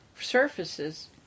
surfaces